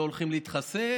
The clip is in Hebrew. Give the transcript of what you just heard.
שלא הולכים להתחסן.